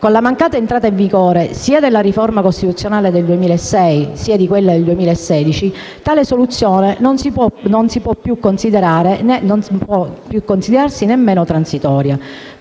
Con la mancata entrata in vigore sia della riforma costituzionale del 2006, sia di quella del 2016, tale soluzione non si può considerare neanche più transitoria;